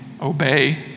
obey